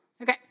Okay